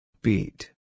Beat